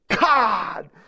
God